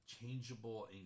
changeable